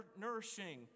nourishing